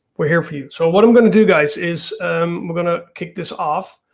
we are here for you. so what i'm gonna do guys is i'm gonna kick this off.